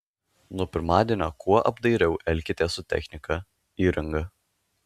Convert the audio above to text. nuo pirmadienio kuo apdairiau elkitės su technika įranga